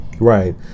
Right